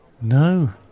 no